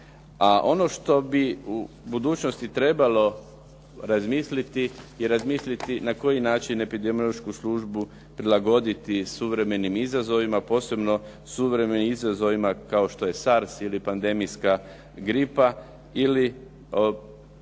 ono što bi u budućnosti trebalo razmisliti, je razmisliti na koji način epidemiološku službu prilagoditi suvremenim izazovima, posebno izazovima kao što je SARS ili pandemijska gripa, ili